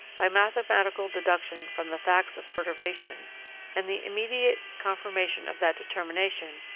by mathematical deduction from the facts of perturbation and the immediate confirmation of that determination,